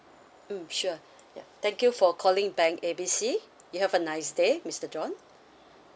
mm sure ya thank you for calling bank A B C you have a nice day mister john